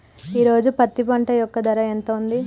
ఈ రోజు పత్తి పంట యొక్క ధర ఎంత ఉంది?